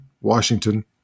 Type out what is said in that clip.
Washington